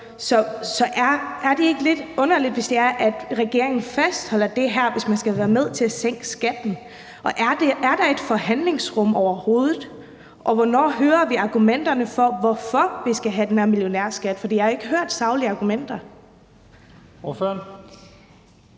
Så er det ikke lidt underligt, hvis det er, at regeringen fastholder det her som et krav for at sænke skatten? Og er der overhovedet et forhandlingsrum? Og hvornår hører vi argumenterne for, hvorfor vi skal have den her millionærskat? For jeg har ikke hørt saglige argumenter for det.